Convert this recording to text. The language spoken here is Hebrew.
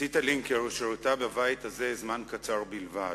ציטה לינקר שירתה בבית הזה זמן קצר בלבד,